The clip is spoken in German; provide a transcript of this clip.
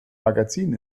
magazin